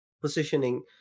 positioning